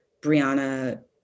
Brianna